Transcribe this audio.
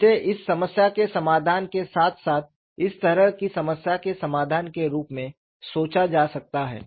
इसे इस समस्या के समाधान के साथ साथ इस तरह की समस्या के समाधान के रूप में सोचा जा सकता है